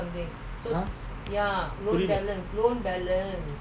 !huh!